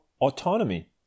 autonomy